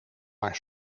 maar